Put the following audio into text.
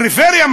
פריפריה?